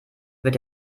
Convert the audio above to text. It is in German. wird